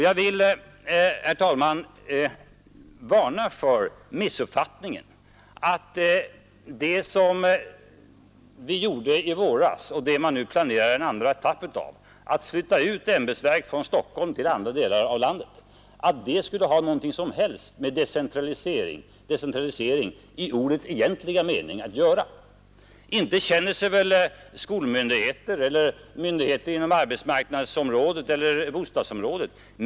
Jag vill, herr talman, varna för missuppfattningen att den utflyttning av verk från Stockholm till andra delar av landet, som riksdagen beslöt i våras och som man nu planerar en andra etapp av, skulle ha något som helst att göra med decentralisering i denna mening. Inte känner sig väl t.ex. skolmyndigheter eller myndigheter inom arbetsmarknadsområdet eller bostadsområdet etc.